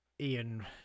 Ian